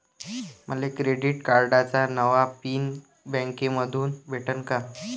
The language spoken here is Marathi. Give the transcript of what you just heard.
मले क्रेडिट कार्डाचा नवा पिन बँकेमंधून भेटन का?